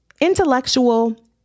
intellectual